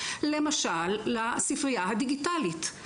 למשל לספריה הדיגיטלית,